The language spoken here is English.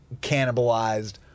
cannibalized